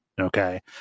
Okay